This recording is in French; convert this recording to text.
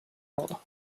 londres